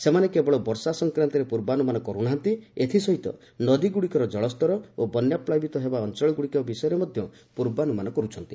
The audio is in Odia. ସେମାନେ କେବଳ ବର୍ଷା ସଂକ୍ରାନ୍ତରେ ପୂର୍ବାନୁମାନ କରୁ ନାହାନ୍ତି ଏଥିସହିତ ନଦୀଗୁଡ଼ିକର ଜଳସ୍ତର ଓ ବନ୍ୟାପ୍ଲାବିତ ହେବା ଅଞ୍ଚଳଗୁଡ଼ିକ ବିଷୟରେ ମଧ୍ୟ ପୂର୍ବାନୁମାନ କରୁଛନ୍ତି